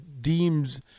deems